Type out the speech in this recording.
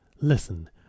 listen